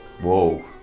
Whoa